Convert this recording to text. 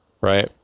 right